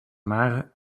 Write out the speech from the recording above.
mère